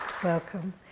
Welcome